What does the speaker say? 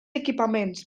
equipaments